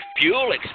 fuel